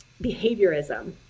behaviorism